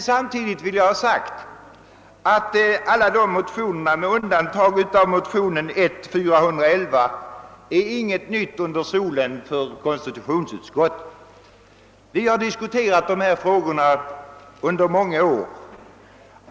Samtidigt vill jag emellertid säga att alla dessa motioner, med undantag av motionen I: 411 inte innebär något nytt för konstitutionsutskottet. Vi har diskuterat dessa frågor under många år.